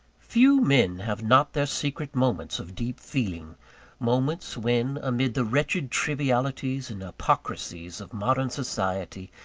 few men have not their secret moments of deep feeling moments when, amid the wretched trivialities and hypocrisies of modern society,